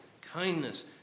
kindness